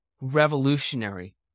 revolutionary